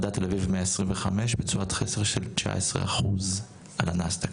מדד תל אביב 125 בצורת חסר של 19% על הנאסד"ק,